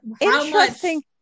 Interesting